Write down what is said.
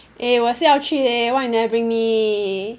eh 我是要去 leh why you never bring me